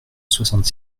soixante